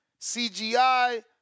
CGI